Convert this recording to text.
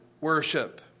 worship